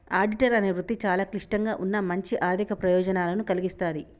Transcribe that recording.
auditor అనే వృత్తి చాలా క్లిష్టంగా ఉన్నా మంచి ఆర్ధిక ప్రయోజనాలను కల్గిస్తాది